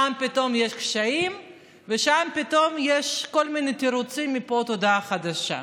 אז פתאום יש קשיים ואז פתאום יש כל מיני תירוצים מפה ועד להודעה חדשה.